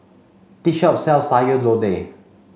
this shop sells Sayur Lodeh